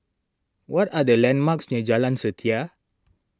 what are the landmarks near Jalan Setia